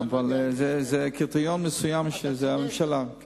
אבל זה קריטריון מסוים, וזה הממשלה.